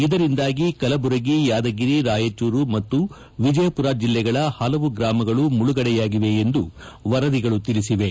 ಇದರಿಂದಾಗಿ ಕಲಬುರಗಿ ಯಾದಗಿರಿ ರಾಯಚೂರು ಮತ್ತು ವಿಜಯಪುರ ಜೆಲ್ಲೆಗಳ ಪಲವು ಗ್ರಾಮಗಳು ಮುಳುಗಡೆಯಾಗಿವೆ ಎಂದು ವರದಿಗಳು ತಿಳಿಸಿವೆ